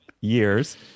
years